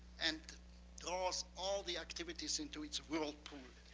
and draws all the activities into its whirlpool.